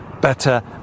better